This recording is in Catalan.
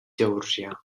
georgià